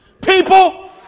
people